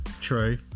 true